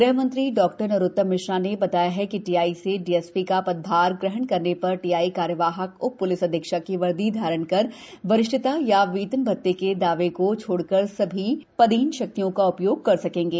गृह मंत्री डॉ नरोत्तम मिश्रा ने बताया है कि टीआई से डीएसपी का पदभार ग्रहण करने पर टीआई कार्यवाहक उप प्लिस अधीक्षक की वर्दी धारण कर वरिष्ठता या वेतन भत्ते के दावे को छोड़कर पदेन समस्त शक्तियों का उपयोग कर सकेंगे